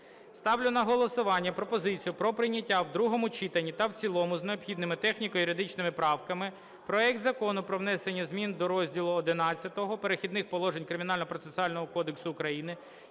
Ставлю на голосування пропозицію про прийняття в другому читанні та в цілому з необхідними техніко-юридичними правками проекту Закону про внесення зміни до розділу XI "Перехідні положення" Кримінального процесуального кодексу України